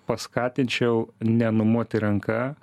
paskatinčiau nenumoti ranka